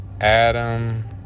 Adam